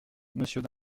monsieur